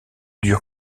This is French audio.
dure